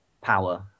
power